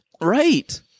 right